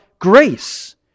grace